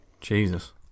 Jesus